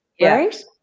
right